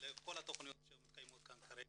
לכל התכניות שמתקיימות כרגע,